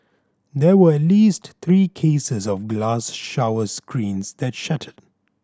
there were at least three cases of glass shower screens that shattered